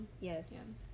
Yes